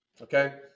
okay